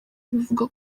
bivugwa